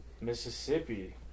Mississippi